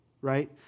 right